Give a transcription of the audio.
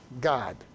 God